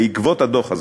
בעקבות הדוח הזה,